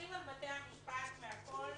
סומכים על בתי המשפט בכול,